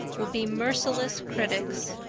would be merciless critics.